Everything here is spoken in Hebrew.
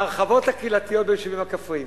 ההרחבות הקהילתיות ביישובים הכפריים.